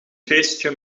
feestje